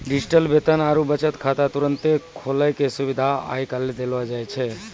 digital वेतन आरु बचत खाता तुरन्ते खोलै के सुविधा आइ काल्हि देलो जाय छै